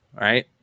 right